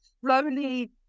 slowly